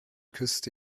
küsste